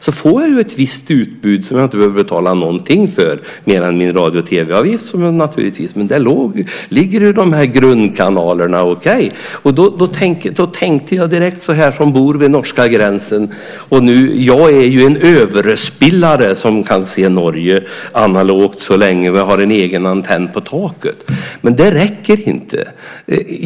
Då fick jag ett visst utbud som jag inte behöver betala någonting för, mer än min radio och tv-avgift naturligtvis. Där finns dessa grundkanaler. Jag bor vid norska gränsen och är alltså en "överspillare" som än så länge kan se Norge analogt; vi har en egen antenn på taket. Men det räcker inte.